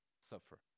suffer